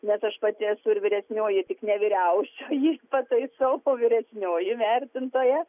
nes aš pati esu ir vyresnioji tik ne vyriausioji pataisau po vyresnioji vertintoja